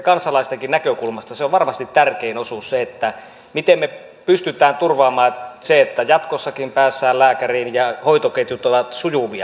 kansalaistenkin näkökulmasta se on varmasti tärkein osuus miten me pystymme turvaamaan sen että jatkossakin päästään lääkäriin ja hoitoketjut ovat sujuvia